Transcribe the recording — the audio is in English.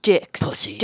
Dicks